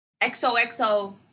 xoxo